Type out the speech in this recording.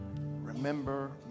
remember